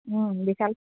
বিশাল